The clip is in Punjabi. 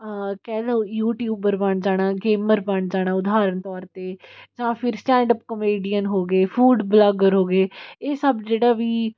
ਕਹਿ ਲਉ ਯੂਟਿਊਬਰ ਬਣ ਜਾਣਾ ਗੇਮਰ ਬਣ ਜਾਣਾ ਉਦਾਹਰਨ ਤੌਰ 'ਤੇ ਜਾਂ ਫਿਰ ਸਟੈਂਡ ਅਪ ਕਮੇਡੀਅਨ ਹੋ ਗਏ ਫੂਡ ਬਲੋਗਰ ਹੋ ਗਏ ਇਹ ਸਭ ਜਿਹੜਾ ਵੀ